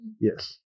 Yes